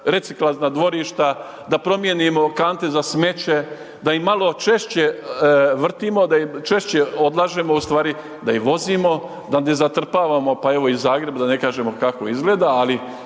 reciklažna dvorišta, da promijenimo kante za smeće, da ih malo češće vrtimo, da ih češće odlažemo, u stvari da ih vozimo, da ne zatrpavamo, pa evo i Zagreb, da ne kažemo kako izgleda, ali